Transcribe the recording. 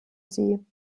sie